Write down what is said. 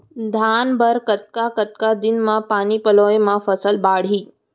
धान बर कतका कतका दिन म पानी पलोय म फसल बाड़ही?